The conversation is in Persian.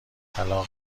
طلاق